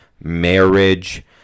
marriage